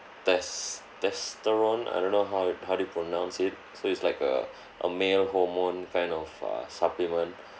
test~ testerone I don't know how you how do you pronounce it so it's like a a male hormone kind of a supplement